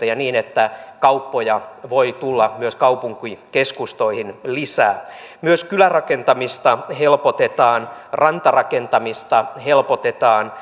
ja niin että kauppoja voi tulla myös kaupunkikeskustoihin lisää myös kylärakentamista helpotetaan rantarakentamista helpotetaan